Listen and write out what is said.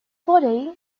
body